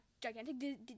gigantic